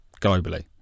globally